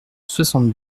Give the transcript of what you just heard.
soixante